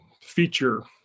feature